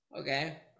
Okay